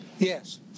Yes